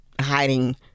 hiding